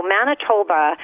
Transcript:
Manitoba